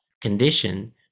condition